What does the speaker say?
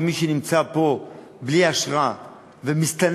ומי שנמצא פה בלי אשרה ומסתנן,